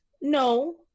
No